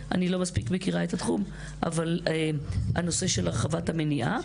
אני לא מספיק מכירה את התחום אבל הנושא של הרחבת המניעה.